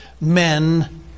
men